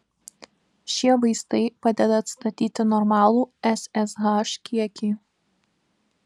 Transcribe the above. šie vaistai padeda atstatyti normalų ssh kiekį